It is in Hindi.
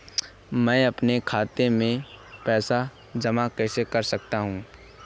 मैं अपने खाते में पैसे कैसे जमा कर सकता हूँ?